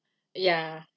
ya